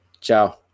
Ciao